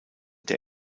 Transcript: der